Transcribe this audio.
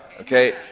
Okay